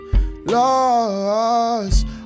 lost